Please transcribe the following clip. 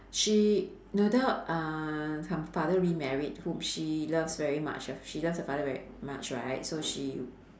she no doubt uh her father remarried whom she loves very much uh she love her father very much right so she